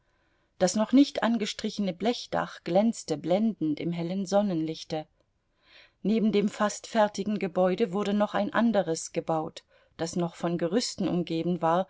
das noch nicht angestrichene blechdach glänzte blendend im hellen sonnenlichte neben dem fast fertigen gebäude wurde noch ein anderes gebaut das noch von gerüsten umgeben war